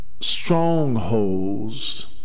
strongholds